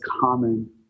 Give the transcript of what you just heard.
common